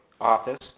office